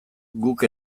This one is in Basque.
guk